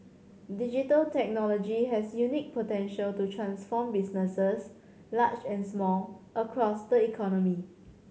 digital technology has unique potential to transform businesses large and small across the economy